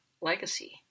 legacy